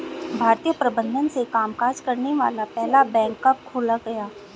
भारतीय प्रबंधन से कामकाज करने वाला पहला बैंक कब खोला गया?